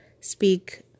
speak